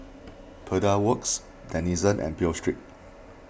Pedal Works Denizen and Pho Street